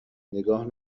نگاه